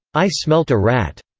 i smelt a rat.